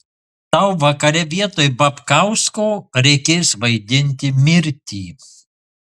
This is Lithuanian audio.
tau vakare vietoj babkausko reikės vaidinti mirtį